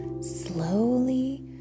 Slowly